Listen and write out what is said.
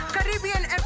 Caribbean